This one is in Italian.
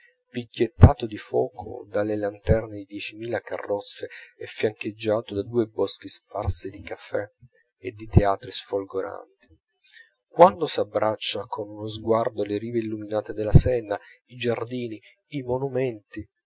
picchiettato di foco dalle lanterne di diecimila carrozze e fiancheggiato da due boschi sparsi di caffè e di teatri sfolgoranti quando s'abbraccia con un sguardo le rive illuminate della senna i giardini i monumenti